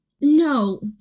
No